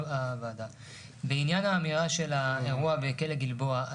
בעניין האמירה של האירוע בכלא גלבוע,